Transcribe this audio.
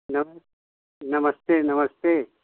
नम नमस्ते नमस्ते ह